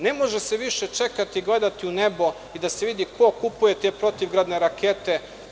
Ne može se više čekati i gledati u nebo i da se vidi ko kupuje protivgradne rakete?